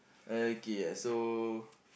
okay uh so